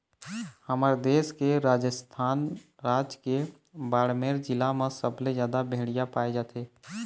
हमर देश के राजस्थान राज के बाड़मेर जिला म सबले जादा भेड़िया पाए जाथे